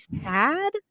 sad